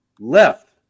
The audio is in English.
left